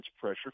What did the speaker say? pressure